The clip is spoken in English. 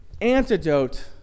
antidote